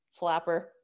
slapper